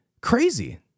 Crazy